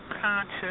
conscious